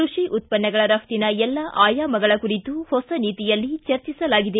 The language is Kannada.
ಕೃಷಿ ಉತ್ಪನ್ನಗಳ ರಫ್ಟಿನ ಎಲ್ಲ ಆಯಾಮಗಳ ಕುರಿತು ಹೊಸ ನೀತಿಯಲ್ಲಿ ಚರ್ಚಿಸಲಾಗಿದೆ